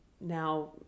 now